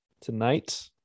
tonight